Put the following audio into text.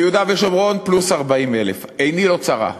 ביהודה ושומרון, פלוס 40,000. עיני לא צרה,